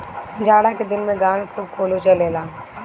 जाड़ा के दिन में गांवे खूब कोल्हू चलेला